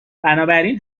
بنابراین